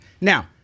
Now